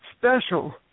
special